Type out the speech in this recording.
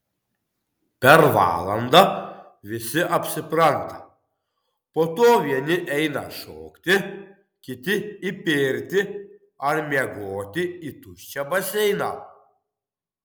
per valandą visi apsipranta po to vieni eina šokti kiti į pirtį ar miegoti į tuščią baseiną